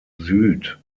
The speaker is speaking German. süd